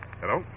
Hello